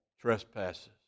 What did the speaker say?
trespasses